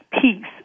peace